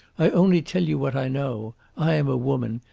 i only tell you what i know. i am a woman,